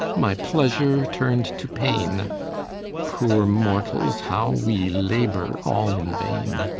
my pleasure turned to pain poor mortals, how we labor all in vain!